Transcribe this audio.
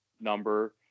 number